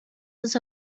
was